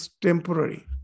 temporary